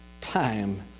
time